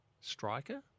striker